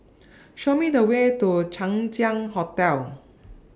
Show Me The Way to Chang Ziang Hotel